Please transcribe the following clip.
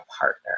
partner